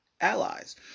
allies